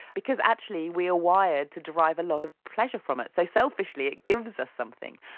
because actually we are wired to derive a lot of pleasure from it. so, selfishly it gives us something.